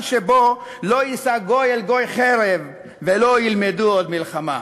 שבו "לא ישא גוי אל גוי חרב ולא ילמדו עוד מלחמה".